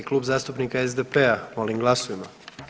Klub zastupnika SDP-a, molim glasujmo.